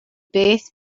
beth